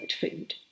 food